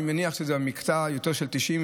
אני מניח שזה יותר במקטע של כביש 90,